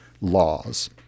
laws